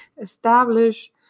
establish